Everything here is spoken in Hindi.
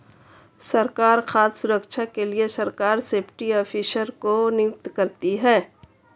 सरकार खाद्य सुरक्षा के लिए सरकार सेफ्टी ऑफिसर को नियुक्त करती है